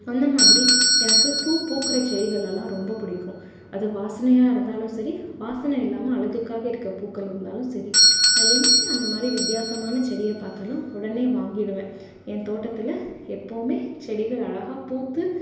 அந்த மாதிரி எனக்கு பூ பூக்கிற செடிகளெல்லாம் ரொம்ப பிடிக்கும் அது வாசனையாக இருந்தாலும் சரி வாசனை இல்லாமல் அழகுக்காக இருக்க பூக்கள் இருந்தாலும் சரி நான் எங்கே அந்த மாதிரி வித்தியாசமான செடியை பார்த்தாலும் உடனே வாங்கிவிடுவேன் என் தோட்டத்தில் எப்போவுமே செடிகள் அழகாக பூத்து